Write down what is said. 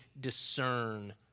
discern